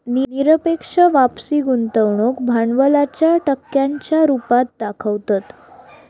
निरपेक्ष वापसी गुंतवणूक भांडवलाच्या टक्क्यांच्या रुपात दाखवतत